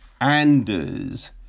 Anders